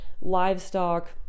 livestock